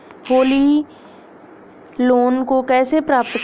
Holi loan को कैसे प्राप्त करें?